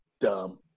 dumb